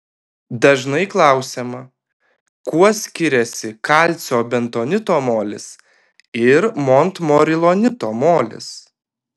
dažnai klausiama kuo skiriasi kalcio bentonito molis ir montmorilonito molis